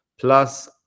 Plus